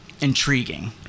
intriguing